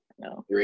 No